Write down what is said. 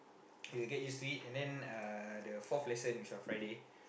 you will get used to it and then uh the fourth lesson which is on Friday